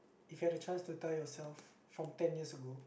if had a chance to tell yourself from ten years ago